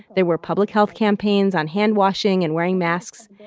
there were public health campaigns on hand-washing and wearing masks.